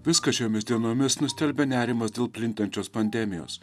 viską šiomis dienomis nustelbia nerimas dėl plintančios pandemijos